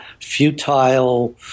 futile